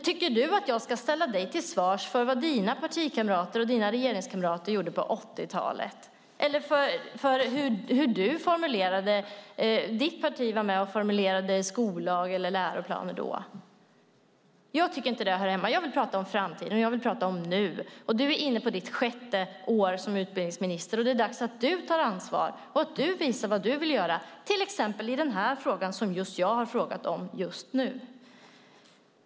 Tycker du att jag ska ställa dig till svars för det som dina partikamrater eller regeringskamrater gjorde på 80-talet eller för hur ditt parti var med och formulerade skollag eller läroplaner då? Jag tycker inte att sådant hör hemma i debatten. Jag vill tala om framtiden, och jag vill tala om nu. Du är nu inne på ditt sjätte år som utbildningsminister. Det är dags att du tar ansvar och att du visar vad du vill göra, till exempel i den fråga som jag har interpellerat om nu.